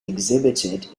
exhibited